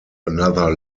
another